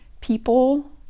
people